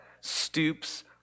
stoops